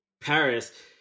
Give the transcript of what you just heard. Paris